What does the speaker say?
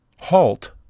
halt